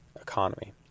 economy